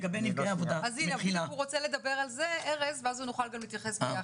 הוא ידבר על זה ואז נוכל להתייחס.